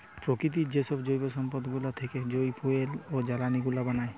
প্রকৃতির যেসব জৈব সম্পদ গুলা থেকে যই ফুয়েল বা জ্বালানি গুলা বানায়